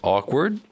Awkward